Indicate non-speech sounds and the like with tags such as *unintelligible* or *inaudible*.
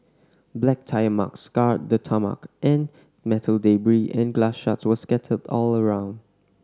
black tyre marks scarred the tarmac and metal *unintelligible* and glass shards were scattered all around